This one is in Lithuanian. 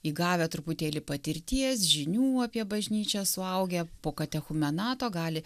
įgavę truputėlį patirties žinių apie bažnyčią suaugę po katechumenato gali